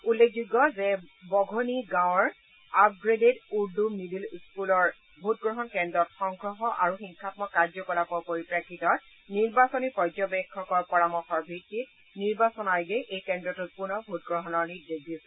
উল্লেখযোগ্য যে বঘনি গাঁৱৰ আপগ্ৰেডেড উৰ্দূ মিডিল স্থুলৰ ভোটগ্ৰহণ কেদ্ৰত সংঘৰ্ষ আৰু হিংসামক কাৰ্যকলাপৰ পৰিপ্ৰেক্ষিতত নিৰ্বাচনী পৰ্যবেক্ষকৰ পৰামৰ্শৰ ভিত্তিত নিৰ্বাচন আয়োগে এই কেন্দ্ৰটোত পুনৰ ভোটগ্ৰহণৰ নিৰ্দেশ দিছিল